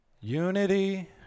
unity